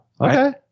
Okay